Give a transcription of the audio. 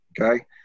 Okay